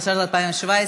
התשע"ז 2017,